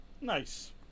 Nice